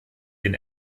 den